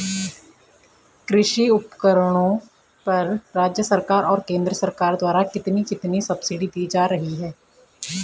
कृषि उपकरणों पर राज्य सरकार और केंद्र सरकार द्वारा कितनी कितनी सब्सिडी दी जा रही है?